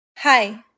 Hi